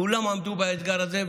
כולם עמדו באתגר הזה,